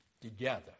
together